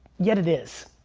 yet it is.